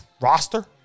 roster